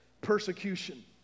persecution